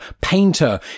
painter